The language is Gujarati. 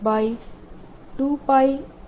r મળે છે